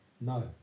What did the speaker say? no